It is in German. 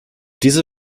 diese